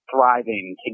thriving